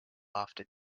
after